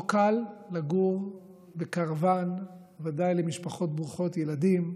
לא קל לגור בקרוואן, וודאי למשפחות ברוכות ילדים.